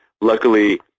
luckily